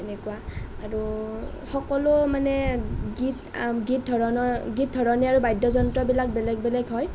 এনেকুৱা সকলো মানে গীত গীত ধৰণৰ গীত ধৰণে আৰু বাদ্যযন্ত্ৰবিলাক বেলেগ বেলেগ হয়